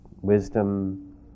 wisdom